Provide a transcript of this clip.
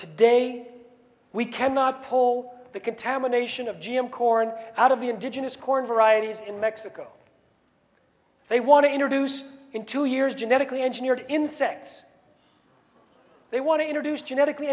today we cannot pull the contamination of g m corn out of the indigenous corn varieties in mexico they want to introduce in two years genetically engineered insects they want to introduce genetically